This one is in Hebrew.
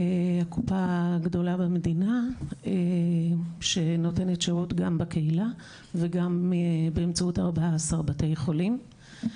הקופה הגדולה במדינה שנותנת שירות גם בקהילה וגם באמצעות 14 בתי חולים.